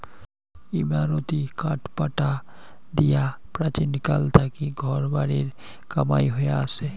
ইমারতী কাঠপাটা দিয়া প্রাচীনকাল থাকি ঘর বাড়ির কামাই হয়া আচে